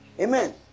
Amen